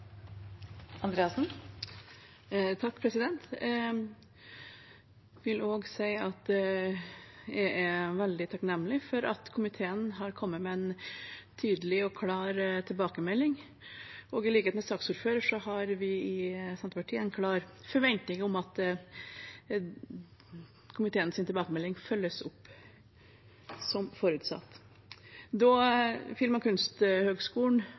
veldig takknemlig for at komiteen har kommet med en tydelig og klar tilbakemelding. I likhet med saksordføreren har vi i Senterpartiet en klar forventning om at komiteens tilbakemelding følges opp som forutsatt. Da